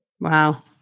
Wow